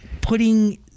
putting